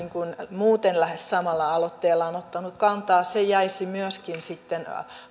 muuten lähes samalla aloitteellaan ottanut kantaa jäisi myöskin sitten